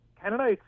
canada